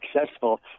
successful